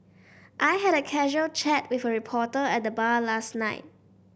I had a casual chat with a reporter at the bar last night